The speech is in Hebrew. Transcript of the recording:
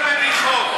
עזוב את החוק.